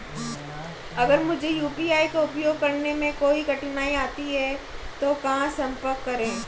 अगर मुझे यू.पी.आई का उपयोग करने में कोई कठिनाई आती है तो कहां संपर्क करें?